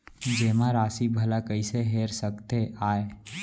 जेमा राशि भला कइसे हेर सकते आय?